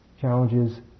Challenges